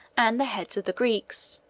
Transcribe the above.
and the heads of the greeks.